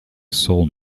soul